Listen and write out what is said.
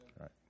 Right